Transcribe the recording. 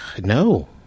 No